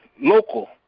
local